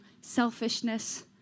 selfishness